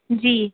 جی